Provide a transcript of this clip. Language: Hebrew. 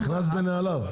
נכנס לנעליו.